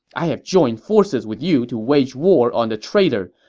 i have joined forces with you to wage war on the traitor.